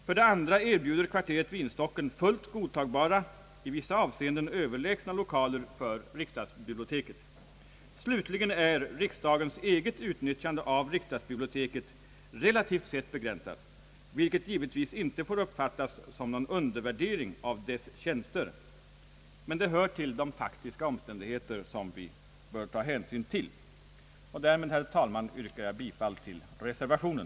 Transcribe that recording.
För det andra erbjuder kvarteret Vinstocken fullt godtagbara — i vissa avseenden överlägsna — lokaler för riksdagsbiblioteket. Slutligen är riksdagens eget utnyttjande av riksdagsbiblioteket relativt sett begränsat, vilket givetvis inte får uppfattas som någon undervärdering av dess tjänster; men det hör till de faktiska omständigheter som vi bör ta hänsyn till. Med detta, herr talman, yrkar jag bifall till reservationen.